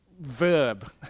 verb